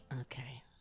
Okay